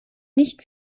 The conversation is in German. nicht